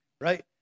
Right